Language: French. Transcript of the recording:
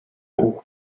haut